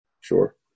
Sure